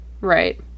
Right